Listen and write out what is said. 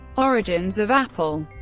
origins of apple